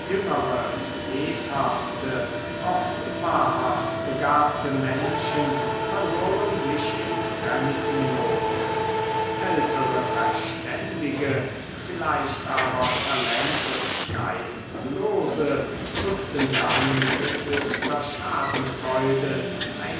jüngere lebhafte oft wahrhaft begabte menschen verloren sich ins grenzenlose ältere verständige vielleicht aber talent und geistlose wußten dann mit höchster schadenfreude